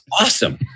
awesome